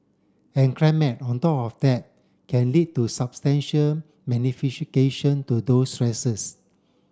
and climate on top of that can lead to substantial to those stresses